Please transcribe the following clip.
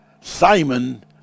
Simon